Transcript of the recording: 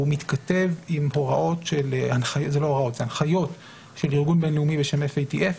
הוא מתכתב עם הנחיות של ארגון בין-לאומי בשם FATF,